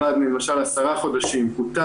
למשל אם הוא עבד עשרה חודשים,